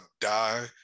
die